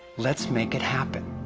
lets make it happen!